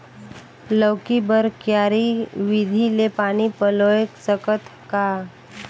लौकी बर क्यारी विधि ले पानी पलोय सकत का?